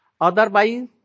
Otherwise